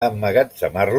emmagatzemar